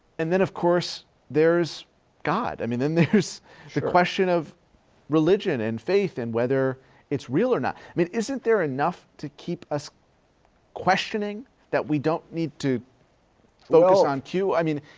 and then of course there's god. i mean, then there's the question of religion and faith and whether it's real or not, i mean, isn't there enough to keep us questioning that we don't need to so focus on q, i mean,